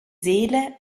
seele